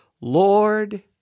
Lord